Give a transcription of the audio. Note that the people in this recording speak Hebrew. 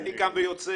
הייתי קם ויוצא,